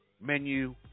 menu